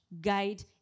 guide